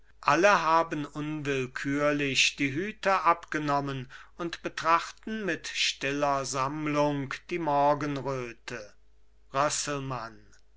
alle haben unwillkürlich die hüte abgenommen und betrachten mit stiller sammlung die morgenröte